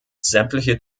sämtliche